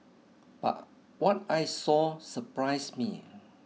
but what I saw surprised me